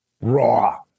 raw